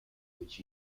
which